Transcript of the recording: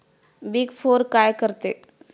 Big four काय करते?